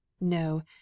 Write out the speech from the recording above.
No